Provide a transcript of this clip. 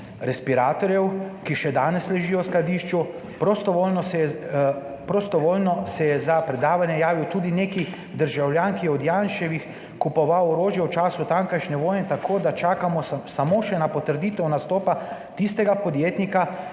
respiratorjev, ki še danes ležijo v skladišču, prostovoljno se je za predavanje javil tudi neki državljan, ki je od Janševih kupoval orožje v času tamkajšnje vojne, tako da čakamo samo še na potrditev nastopa tistega podjetnika,